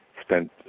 spent